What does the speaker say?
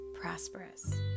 Prosperous